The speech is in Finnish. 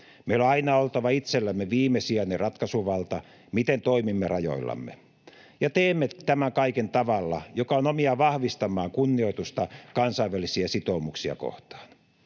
Meillä on aina oltava itsellämme viimesijainen ratkaisuvalta, miten toimimme rajoillamme. Ja teemme tämän kaiken tavalla, joka on omiaan vahvistamaan kunnioitusta kansainvälisiä sitoumuksia kohtaan.